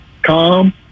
Calm